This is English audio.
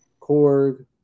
Korg